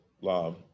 love